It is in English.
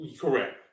Correct